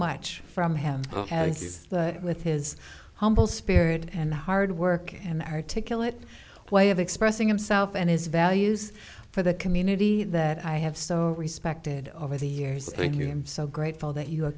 much from him with his humble spirit and hard work and articulate why of expressing himself and his values for the community that i have so respected over the years thank you i'm so grateful that you